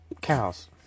Cows